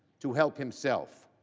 to help himself.